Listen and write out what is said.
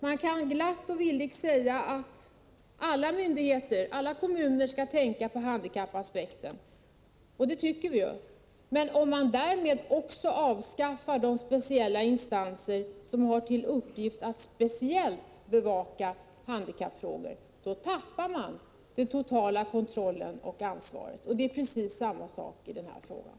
Man kan glatt och villigt säga att alla myndigheter och kommuner skall tänka på handikappaspekten — och det tycker vi — men om man då också avskaffar de speciella instanser som har till uppgift att särskilt bevaka handikappfrågorna, då tappar man den totala kontrollen och det totala ansvaret. Det är alltså precis samma sak i den här frågan.